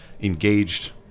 engaged